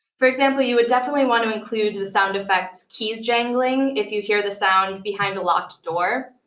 for example, you would definitely want to include the the sound effects keys jangling if you hear the sound behind a locked door